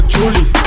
Julie